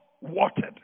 watered